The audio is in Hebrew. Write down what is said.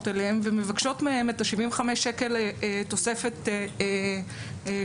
אליהם ומבקשות את 75 השקלים תוספת ליום